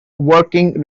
working